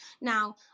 Now